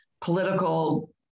political